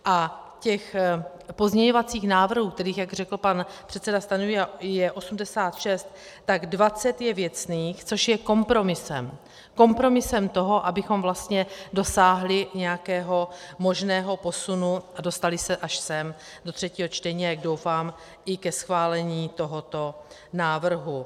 A těch pozměňovacích návrhů, kterých, jak řekl pan předseda Stanjura, je 86, tak 20 je věcných, což je kompromisem kompromisem toho, abychom vlastně dosáhli nějakého možného posunu a dostali se až sem, do třetího čtení, a jak doufám, i ke schválení tohoto návrhu.